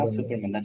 Superman